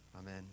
Amen